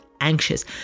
anxious